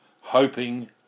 hoping